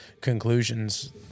conclusions